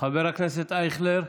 חבר הכנסת אייכלר,